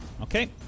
Okay